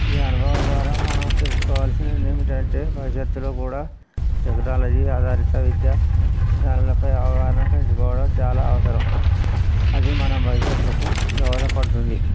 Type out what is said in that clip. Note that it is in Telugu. ఈ అనుభవం ద్వారా మనం తెలుసుకోవాల్సిన ఏమిటంటే భవిష్యత్తులో కూడా టెక్నాలజీ ఆధారిత విద్యా విధానాలపై అవగాహన పెంచుకోవడం చాలా అవసరం అది మనం భవిష్యత్తుకు దోహదపడుతుంది